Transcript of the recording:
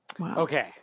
okay